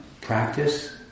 Practice